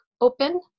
open